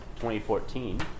2014